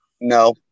No